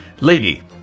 Lady